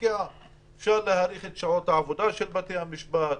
אפשר להאריך את שעות העבודה של בתי המשפט,